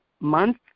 Month